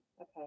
okay